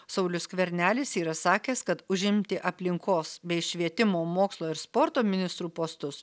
saulius skvernelis yra sakęs kad užimti aplinkos bei švietimo mokslo ir sporto ministrų postus